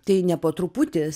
tai ne po truputį